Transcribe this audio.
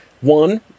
One